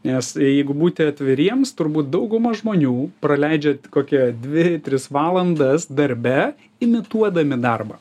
nes jeigu būti atviriems turbūt dauguma žmonių praleidžia kokia dvi tris valandas darbe imituodami darbą